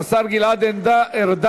השר גלעד ארדן,